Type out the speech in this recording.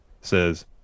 says